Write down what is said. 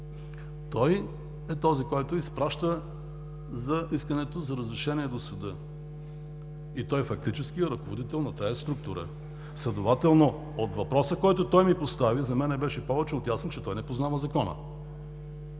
Той е този, който изпраща искането за разрешение до съда, и той фактически е ръководител на тази структура. Следователно от въпроса, който той ми постави, за мен беше повече от ясно, че той не познава Закона.